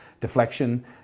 deflection